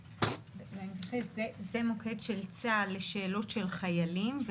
זה מוקד של צה"ל לשאלות של חיילים.